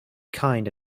kind